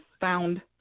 found